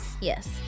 Yes